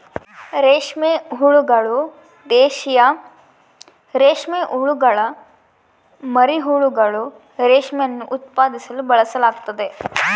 ರೇಷ್ಮೆ ಹುಳುಗಳು, ದೇಶೀಯ ರೇಷ್ಮೆಹುಳುಗುಳ ಮರಿಹುಳುಗಳು, ರೇಷ್ಮೆಯನ್ನು ಉತ್ಪಾದಿಸಲು ಬಳಸಲಾಗ್ತತೆ